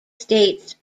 states